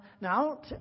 now